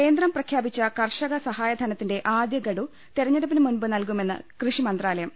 കേന്ദ്രം പ്രഖ്യാപിച്ച കർഷക സഹായധനത്തിന്റെ ആദൃഗഡു തിര ഞ്ഞെടുപ്പിന് മുമ്പ് നൽകുമെന്ന് കൃഷിമന്ത്രാലയം